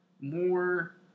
more